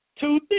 two